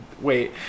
wait